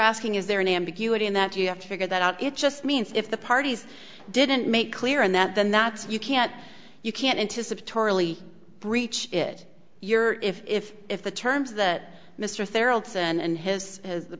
asking is there an ambiguity in that you have to figure that out it just means if the parties didn't make clear and that then that you can't you can't anticipatory early breach it you're if if if the terms of that mr thayer olson and his as the